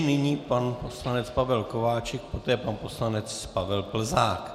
Nyní pan poslanec Pavel Kováčik, poté pan poslanec Pavel Plzák.